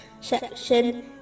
section